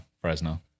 Fresno